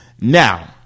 Now